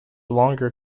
longer